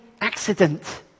accident